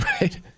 Right